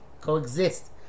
coexist